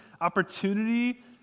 opportunity